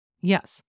Yes